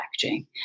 packaging